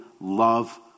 love